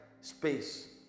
space